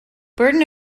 burden